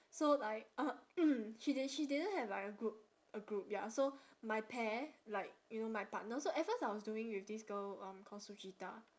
so like uh she di~ she didn't have like a group a group ya so my pair like you know my partner so at first I was doing with this girl um called suchita